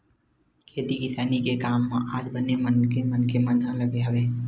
खेती किसानी के काम म आज बने बने मनखे मन ह लगे हवय